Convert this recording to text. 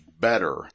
better